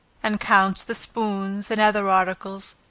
and counts the spoons, and other articles,